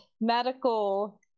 medical